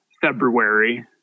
February